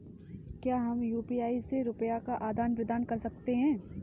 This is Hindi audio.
क्या हम यू.पी.आई से रुपये का आदान प्रदान कर सकते हैं?